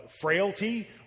frailty